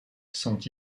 sont